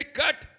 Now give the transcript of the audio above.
cut